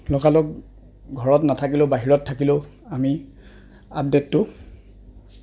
লগালগ ঘৰত নাথাকিলেও বাহিৰত থাকিলেও আমি আপডেটটো